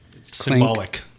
symbolic